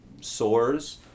sores